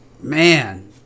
Man